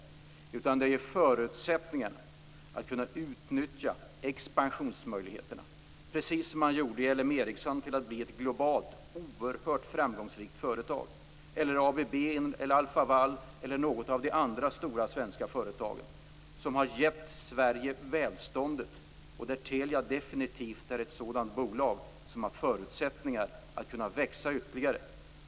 Det handlar om förutsättningarna, att kunna utnyttja expansionsmöjligheterna - precis det som gjorde LM Ericsson till ett globalt oerhört framgångsrikt företag, eller ABB, Alfa Laval eller något av de andra stora svenska företagen som har gett Sverige välstånd. Telia är definitivt ett sådant bolag som har förutsättningar att kunna växa ytterligare.